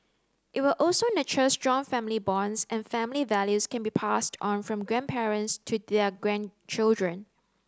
it will also nurture strong family bonds and family values can be passed on from grandparents to their grandchildren